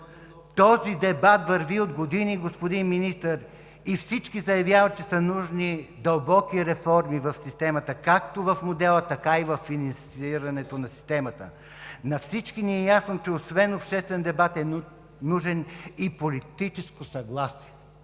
Този дебат върви от години, господин Министър, и всички заявяват, че са нужни дълбоки реформи в системата – както в модела, така и в инициирането на системата. На всички ни е ясно, че освен обществен дебат, е нужно и политическо съгласие.